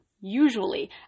usually